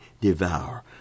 devour